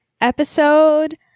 episode